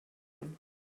him